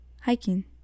hiking